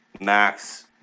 Max